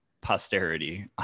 posterity